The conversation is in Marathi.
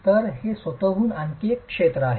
तर हे स्वतःहून आणखी एक क्षेत्र आहे